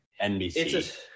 NBC